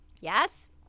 Yes